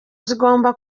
zigomba